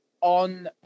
on